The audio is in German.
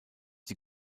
die